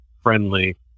friendly